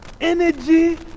energy